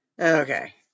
Okay